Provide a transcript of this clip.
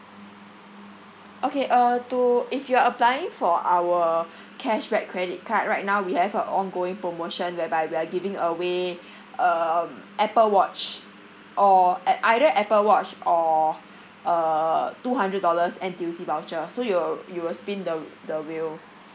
okay uh to if you're applying for our cashback credit card right now we have a ongoing promotion whereby we are giving away um apple watch or a either apple watch or uh two hundred dollars N_T_U_C voucher so you w~ you will spin the w~ the wheel